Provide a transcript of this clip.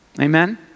Amen